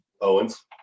Owens